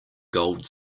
gold